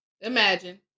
imagine